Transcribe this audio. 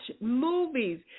movies